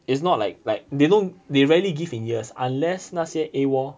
it's not like like they don't they rarely give in years unless 那些 A_W_O_L